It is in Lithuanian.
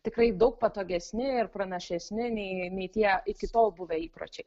tikrai daug patogesni ir pranašesni nei nei tie iki tol buvę įpročiai